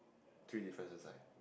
three difference right